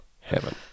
heaven